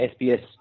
SBS